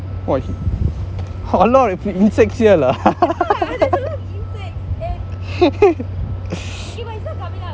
!wah! a lot of insects here lah